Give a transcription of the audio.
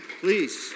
please